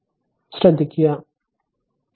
ഇവിടെ ഒരു കറന്റും ഒഴുകുന്നില്ല